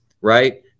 right